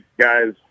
guys